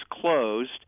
closed